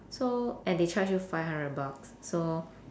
so and they charge you five hundred bucks so